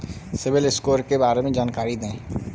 CIBIL score के बारे में जानकारी दें?